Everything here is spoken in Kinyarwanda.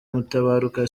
mutabaruka